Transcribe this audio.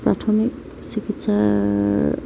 প্ৰাথমিক চিকিৎসাৰ